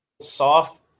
Soft